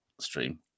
stream